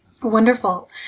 Wonderful